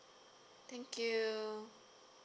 thank you